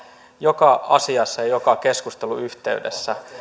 joka asiassa ja joka keskustelun yhteydessä